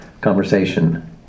conversation